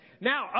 Now